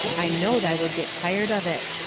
i knowed i would get tired of it.